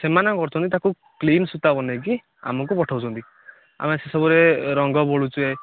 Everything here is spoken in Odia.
ସେମାନେ କ'ଣ କରୁଛନ୍ତି ତାକୁ ପ୍ଲେନ ସୂତା ବନାଇକି ଆମକୁ ପଠଉଛନ୍ତି ଆମେ ସେ ସବୁରେ ରଙ୍ଗ ବୋଳୁଛେ